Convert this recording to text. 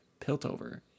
Piltover